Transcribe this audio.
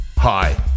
Hi